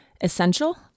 essential